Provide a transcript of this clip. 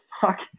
fuck